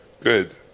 Good